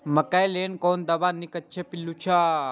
मकैय लेल कोन दवा निक अछि पिल्लू क लेल?